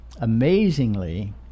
Amazingly